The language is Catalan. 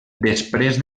després